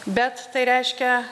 bet tai reiškia